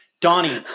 donnie